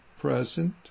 present